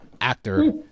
actor